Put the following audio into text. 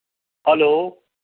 hello